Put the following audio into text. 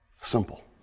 Simple